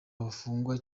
bafungwa